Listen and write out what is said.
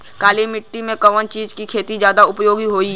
काली माटी में कवन चीज़ के खेती ज्यादा उपयोगी होयी?